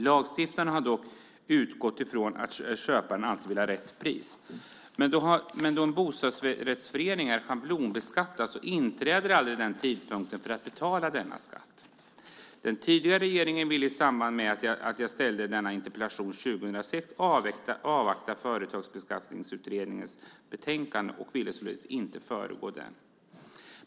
Lagstiftaren har dock utgått från att köparen alltid vill ha rätt pris. Men eftersom bostadsrättsföreningar schablonbeskattas inträder aldrig den tidpunkten för att betala denna skatt. Den tidigare regeringen ville i samband med att jag väckte denna interpellation 2006 avvakta Företagsskatteutredningens betänkande och ville således inte föregå den.